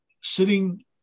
sitting